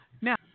Now